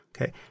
Okay